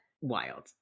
Wild